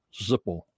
Zippo